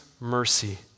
mercy